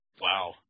Wow